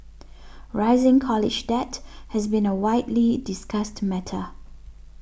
rising college debt has been a widely discussed matter